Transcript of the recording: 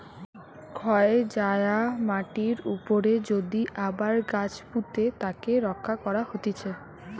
ক্ষয় যায়া মাটির উপরে যদি আবার গাছ পুঁতে তাকে রক্ষা করা হতিছে